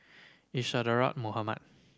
Isadhora Mohamed